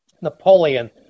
Napoleon